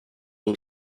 all